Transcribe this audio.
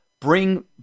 bring